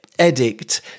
edict